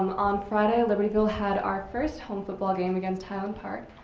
on friday, libertyville had our first home football game against highland park.